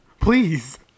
please